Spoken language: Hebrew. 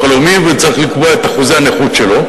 הלאומי וצריך לקבוע את אחוזי הנכות שלו,